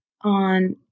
on